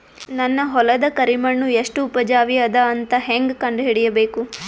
ನನ್ನ ಹೊಲದ ಕರಿ ಮಣ್ಣು ಎಷ್ಟು ಉಪಜಾವಿ ಅದ ಅಂತ ಹೇಂಗ ಕಂಡ ಹಿಡಿಬೇಕು?